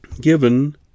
given